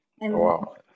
Wow